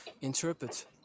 interpret